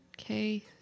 Okay